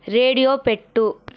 radio పెట్టు